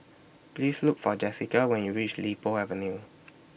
Please Look For Jesica when YOU REACH Li Po Avenue